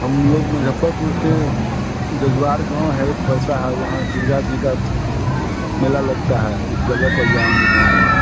हम लोग मुज़फ़्फ़रपुर से जज्वार गाँव है एक पड़ता है वहाँ दुर्गा जी का मेला लगता है उस जगह पर जाएँगे घूमने